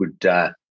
good